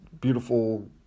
beautiful